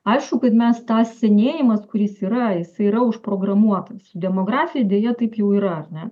aišku kad mes tą senėjimas kuris yra jisai yra užprogramuotas su demografija deja taip jau yra ar ne